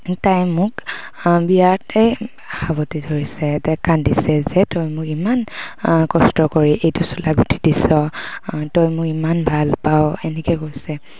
তাই মোক বিয়াতে সাৱতি ধৰিছে তাই কান্দিছে যে তই মোক ইমান কষ্ট কৰি এইটো চোলা গুঠি দিছ তই মোক ইমান ভাল পাৱ এনেকে কৈছে